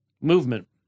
movement